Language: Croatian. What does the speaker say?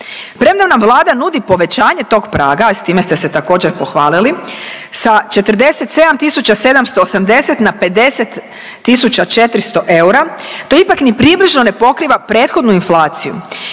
Premda nam Vlada nudi povećanje tog praga, s time ste se također pohvaliti, sa 47 780 na 50400 eura. To ipak ni približno ne pokriva prethodnu inflaciju,